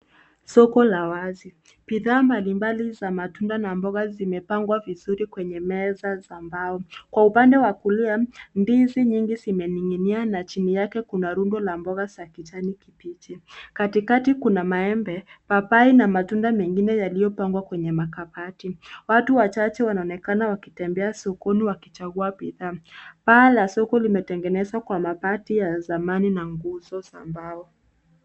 Soko la wazi. Bidhaa mbalimbali za matunda na mboga zimepangwa vizuri kwenye meza za mbao. Kwa upande wa kulia ndizi nyingi zimening'inia na chini yake kuna rundu la mboga za kijani kibichi. Katikati kuna maembe, papai na matunda mengine yaliyopangwa kwenye makabati. Watu wachache wanaonekana wakitembea sokoni wakichagua bidhaa. Paa la soko limetengenezwa kwa mabati ya zamani na nguzo za mbao.